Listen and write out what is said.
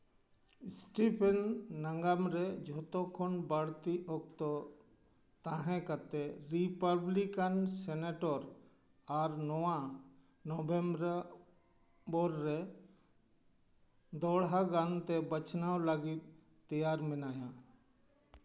Stephen ᱱᱟᱜᱟᱢ ᱨᱮ ᱡᱚᱛᱚᱠᱷᱚᱱ ᱵᱟᱹᱲᱛᱤ ᱚᱠᱛᱚ ᱛᱟᱦᱮᱸ ᱠᱟᱛᱮ ᱨᱤᱯᱟᱵᱞᱤᱠᱟᱱ ᱥᱮᱱᱮᱴᱚᱨ ᱟᱨ ᱱᱚᱣᱟ ᱱᱚᱵᱷᱮᱢᱵᱚᱨ ᱨᱮ ᱫᱚᱦᱲᱟ ᱜᱟᱨ ᱛᱮ ᱵᱟᱪᱷᱱᱟᱣ ᱞᱟᱹᱜᱤᱫ ᱛᱮᱭᱟᱨ ᱢᱮᱱᱟᱭᱟ